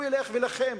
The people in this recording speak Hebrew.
הוא ילך ויילחם